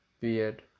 weird